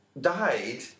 died